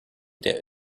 der